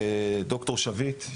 ד"ר שביט,